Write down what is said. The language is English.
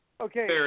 okay